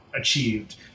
achieved